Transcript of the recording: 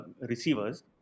receivers